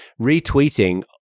retweeting